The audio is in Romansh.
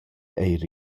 eir